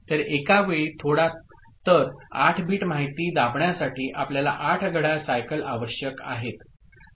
तर एकावेळी थोडा तर 8 बिट माहिती दाबण्यासाठी आपल्याला 8 घड्याळ सायकल आवश्यक आहेत